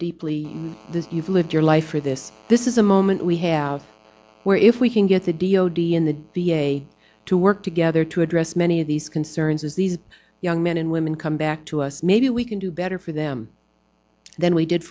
deeply you've lived your life for this this is a moment we have where if we can get the d o d in the v a to work together to address many of these concerns as these young men and women come back to us maybe we can do better for them than we did